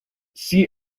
see